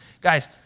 Guys